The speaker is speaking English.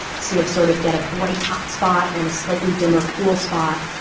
so you'll sort of get a bright, hot spot and a slightly dimmer, cool spot.